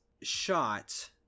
shot